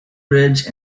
ridge